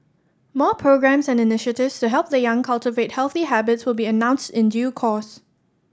more programmes and initiatives to help the young cultivate healthy habits will be announced in due course